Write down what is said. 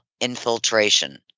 infiltration